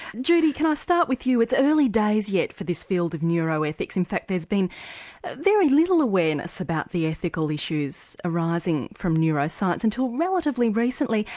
judy, can i start with you, it's early days for this field of neuroethics. in fact there's been very little awareness about the ethical issues arising from neuroscience until relatively recently.